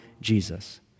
Jesus